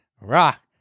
Rock